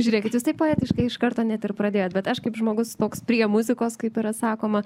žiūrėkit jūs taip poetiškai iš karto net ir pradėjot bet aš kaip žmogus toks prie muzikos kaip yra sakoma